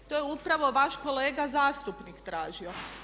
To je upravo vaš kolega zastupnik tražio.